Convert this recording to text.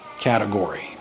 category